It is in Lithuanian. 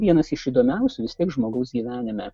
vienas iš įdomiausių vis tiek žmogaus gyvenime